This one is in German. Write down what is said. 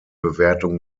bewertung